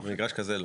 במגרש כזה לא.